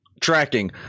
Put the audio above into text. tracking